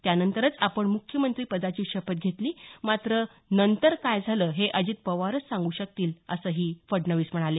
त्यानंतरच आपण मुख्यमंत्रीपदाची शपथ घेतली मात्र नंतर काय झाले हे अजित पवारच सांगू शकतील असं ते म्हणाले